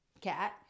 cat